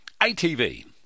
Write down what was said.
ATV